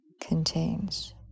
Contains